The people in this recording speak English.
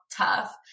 tough